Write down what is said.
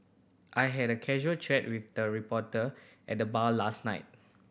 I had a casual chat with the reporter at the bar last night